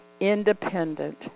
independent